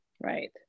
Right